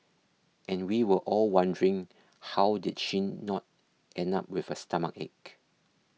and we were all wondering how did she not end up with a stomachache